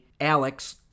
Alex